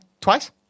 Twice